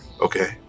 okay